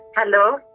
Hello